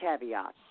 caveats